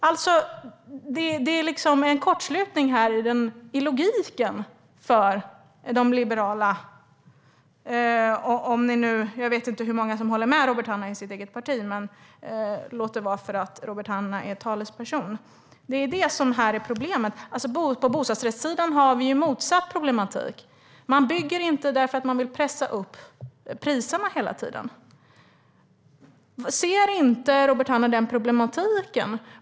Det är liksom en kortslutning i logiken för de liberala - det är problemet. Jag vet inte hur många i hans eget parti som håller med Robert Hannah. Men låt det vara, för Robert Hannah är talesperson. På bostadsrättssidan har vi motsatt problematik. Man bygger inte därför att man vill pressa upp priserna hela tiden. Ser inte Robert Hannah den problematiken?